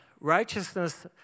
righteousness